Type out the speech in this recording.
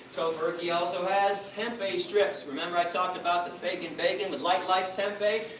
tofurky also has tempe strips. remember i talked about the faking bacon, the lightlife tempeh?